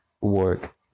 work